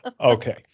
Okay